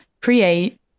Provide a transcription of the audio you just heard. create